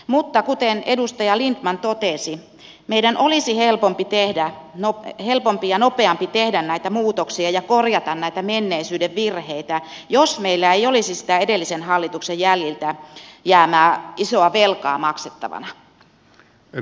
mutta kuten edustaja lindtman totesi meidän olisi helpompi ja nopeampi tehdä näitä muutoksia ja korjata näitä menneisyyden virheitä jos meillä ei olisi sitä edellisen hallituksen jäljiltä jäänyttä isoa velkaa maksettavana